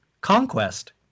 Conquest